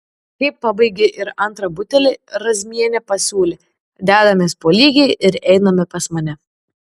kai pabaigė ir antrą butelį razmienė pasiūlė dedamės po lygiai ir einame pas mane